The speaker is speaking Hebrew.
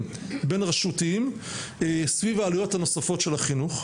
בין-רשותיים סביב העלויות הנוספות של החינוך.